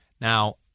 Now